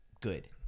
good